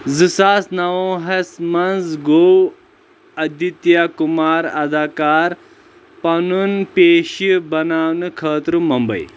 زٕ ساس نَوہس منٛز گوٚو ادِتیا قُمار اداکار پَنُن پیشہِ بناونہٕ خٲطرٕ ممبٕے